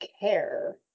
care